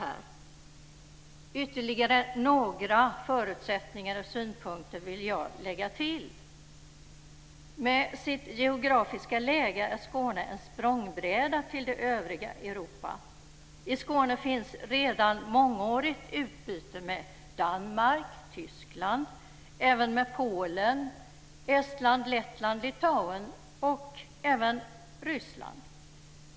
Jag vill lägga till ytterligare några förutsättningar och synpunkter. Med sitt geografiska läge är Skåne en språngbräda till det övriga Europa. I Skåne finns redan mångårigt utbyte med Danmark och Tyskland och även med Polen, Estland, Lettland, Litauen och Ryssland.